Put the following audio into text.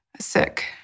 sick